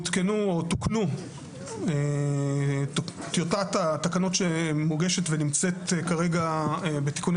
תוקנה טיוטת התקנות שמוגשת ונמצאת בתיקוני